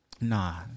Nah